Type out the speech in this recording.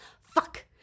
fuck